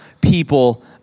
people